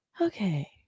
okay